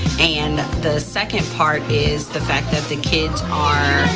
and the second part is the fact that the kids are,